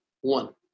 One